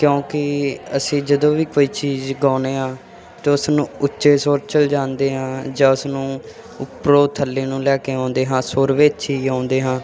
ਕਿਉਂਕਿ ਅਸੀਂ ਜਦੋਂ ਵੀ ਕੋਈ ਚੀਜ਼ ਗਾਉਂਦੇ ਹਾਂ ਤਾਂ ਉਸਨੂੰ ਉੱਚੇ ਸੁਰ 'ਚ ਜਾਂਦੇ ਹਾਂ ਜਾਂ ਉਸਨੂੰ ਉਪਰੋਂ ਥੱਲੇ ਨੂੰ ਲੈ ਕੇ ਆਉਂਦੇ ਹਾਂ ਸੁਰ ਵਿੱਚ ਹੀ ਆਉਂਦੇ ਹਾਂ